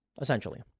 essentially